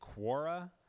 Quora